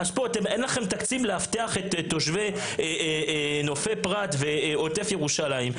אין לכם תקציב לאבטח את תושבי נופי פרת ועוטף ירושלים,